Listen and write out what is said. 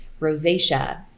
rosacea